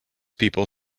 people